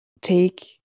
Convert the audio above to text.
take